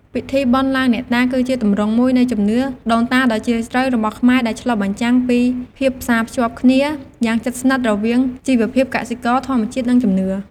ពិធីបុណ្យឡើងអ្នកតា គឺជាទម្រង់មួយនៃជំនឿដូនតាដ៏ជ្រាលជ្រៅរបស់ខ្មែរ ដែលឆ្លុះបញ្ចាំងពីភាពផ្សារភ្ជាប់គ្នាយ៉ាងជិតស្និទ្ធរវាងជីវភាពកសិករ ធម្មជាតិ និងជំនឿ។